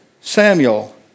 Samuel